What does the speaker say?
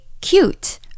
cute